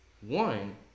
one